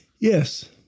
Yes